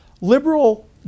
liberal